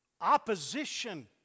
opposition